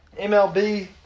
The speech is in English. MLB